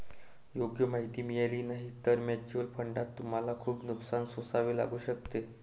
योग्य माहिती मिळाली नाही तर म्युच्युअल फंडात तुम्हाला खूप नुकसान सोसावे लागू शकते